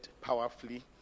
powerfully